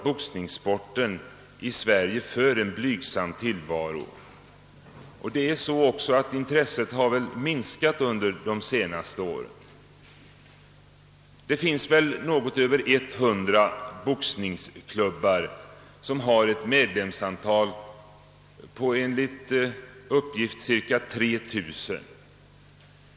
Boxningssporten i Sverige för en blygsam tillvaro, och intresset har minskat under de senaste åren. Det finns något över hundra boxningsklubbar, och de har ett medlemsantal på enligt uppgift cirka 3 000.